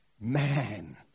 man